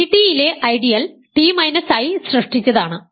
C ടിയിലെ ideal t i സൃഷ്ടിച്ചതാണ്